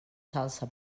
salsa